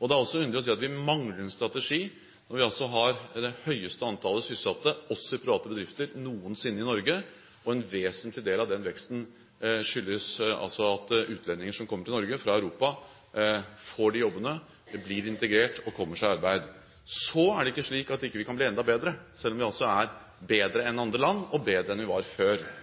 Det er også underlig å si at vi mangler en strategi når vi har det høyeste antall sysselsatte, også i private bedrifter, i Norge noensinne. En vesentlig del av den veksten skyldes at utlendinger som kommer til Norge fra Europa, får disse jobbene, blir integrert og kommer seg i arbeid. Så er det ikke slik at vi ikke kan bli enda bedre, selv om vi er bedre enn andre land og bedre enn vi var før.